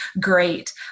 great